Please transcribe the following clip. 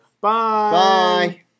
Bye